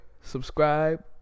subscribe